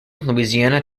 louisiana